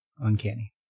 Uncanny